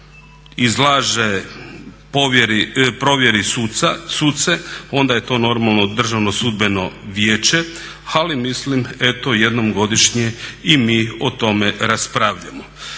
izlaže provjeri suca, sudce onda je to normalno Državno sudbeno vijeće ali mislim eto jednom godišnje i mi o tome raspravljamo.